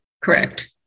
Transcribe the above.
correct